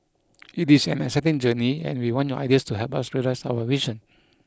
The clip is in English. it is an exciting journey and we want your ideas to help us realise our vision